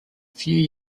few